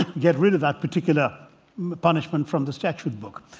get rid of that particular punishment from the statute book.